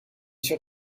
sûr